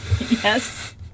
Yes